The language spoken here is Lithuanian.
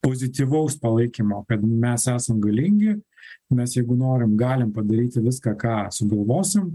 pozityvaus palaikymo kad mes esam galingi mes jeigu norim galim padaryti viską ką sugalvosim